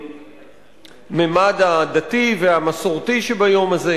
הממד הדתי והמסורתי שביום הזה.